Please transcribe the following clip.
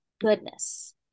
goodness